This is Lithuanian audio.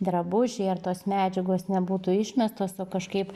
drabužiai ar tos medžiagos nebūtų išmestos o kažkaip